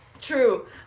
True